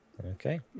okay